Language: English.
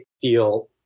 feel